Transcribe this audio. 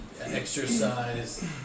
exercise